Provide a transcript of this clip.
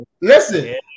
Listen